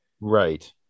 right